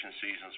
seasons